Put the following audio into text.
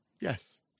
Yes